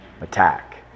attack